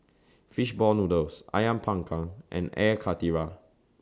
Fish Ball Noodles Ayam Panggang and Air Karthira